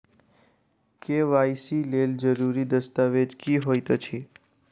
KYC लेल जरूरी दस्तावेज की होइत अछि?